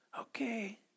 okay